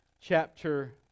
chapter